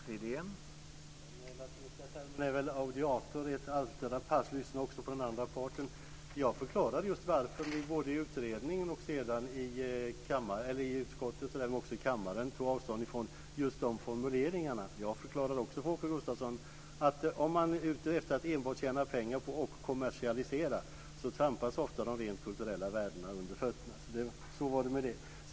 Herr talman! Den latinska termen är Audiatur et altera pars - lyssna också på den andra parten. Jag förklarade just varför ni både i utredningen och sedan i utskottet, och även i kammaren, tog avstånd från just de formuleringarna. Jag förklarade också för Åke Gustavsson att om man är ute efter att enbart tjäna pengar och att kommersialisera trampas ofta de rent kulturella värdena under fötterna. Så var det med det.